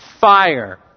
Fire